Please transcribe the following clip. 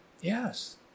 Yes